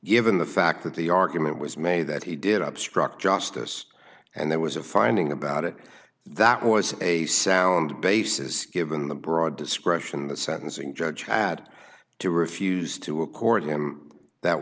given the fact that the argument was made that he did obstruct justice and there was a finding about it that was a sound basis given the broad discretion the sentencing judge had to refused to accord him that